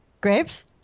Grapes